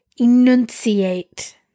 Enunciate